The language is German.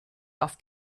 auf